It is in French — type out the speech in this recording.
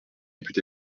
députés